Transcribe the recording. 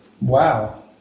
Wow